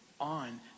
on